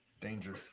Danger